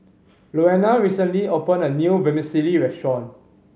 Louanna recently opened a new Vermicelli restaurant